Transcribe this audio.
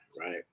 right